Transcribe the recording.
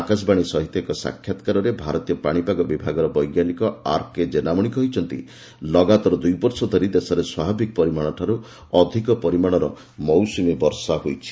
ଆକାଶବାଣୀ ସହିତ ଏକ ସାକ୍ଷାତକାରରେ ଭାରତୀୟ ପାଣିପାଗ ବିଭାଗର ବୈଜ୍ଞାନିକ ଆର୍କେ ଜେନାମଣି କହିଛନ୍ତି ଲଗାତାର ଦୁଇ ବର୍ଷ ଧରି ଦେଶରେ ସ୍ପଭାବିକ ପରିମାଣଠାରୁ ଅଧିକ ପରିମାଣର ମୌସ୍ତମୀ ବର୍ଷା ହୋଇଛି